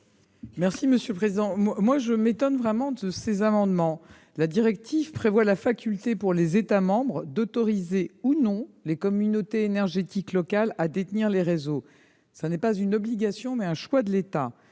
du Gouvernement ? Je m'étonne vraiment de ces amendements. La directive prévoit la faculté pour les États membres d'autoriser ou non les communautés énergétiques locales à détenir les réseaux. Il s'agit non d'une obligation, mais d'un choix de l'État.